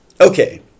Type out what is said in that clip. Okay